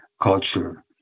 culture